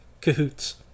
cahoots